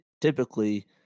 typically